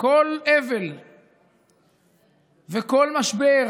כל אבל וכל משבר